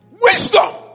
Wisdom